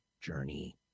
journey